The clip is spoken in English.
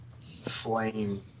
flame